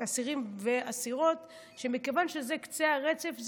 אסירים ואסירות שמכיוון שזה קצה הרצף,